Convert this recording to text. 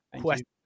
question